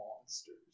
monsters